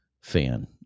fan